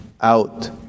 out